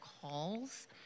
calls